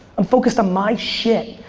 i'm focused on my shit.